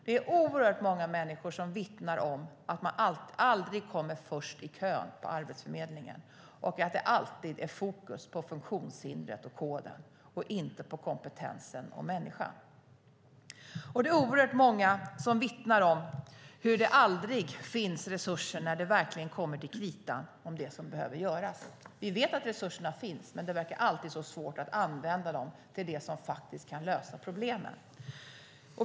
Det är oerhört många människor som vittnar om att de aldrig kommer först i kön på Arbetsförmedlingen och att det alltid är fokus på funktionshindret och koden, inte på kompetensen och människan. Det är oerhört många som vittnar om att det aldrig finns resurser när det verkligen kommer till kritan i fråga om det som behöver göras. Vi vet att resurserna finns, men det verkar alltid så svårt att använda dem till det som faktiskt kan lösa problemen.